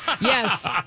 yes